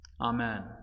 amen